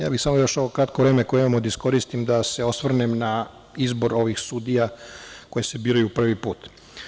Ja bih još samo ovo kratko vreme koje imam da iskoristim da se osvrnem na izbor sudija koji se biraju prvi put.